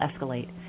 escalate